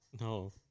No